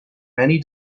many